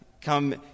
come